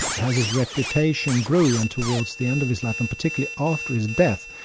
as his reputation grew and towards the end of his life, and particularly after his death,